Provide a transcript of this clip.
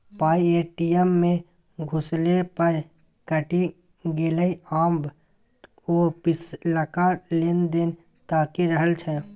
पाय ए.टी.एम मे घुसेने पर कटि गेलै आब ओ पिछलका लेन देन ताकि रहल छै